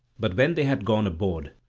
but when they had gone aboard,